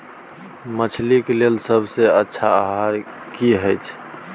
मछली के लेल सबसे अच्छा आहार की होय छै?